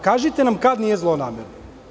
Kažite nam kada nije zlonamerno.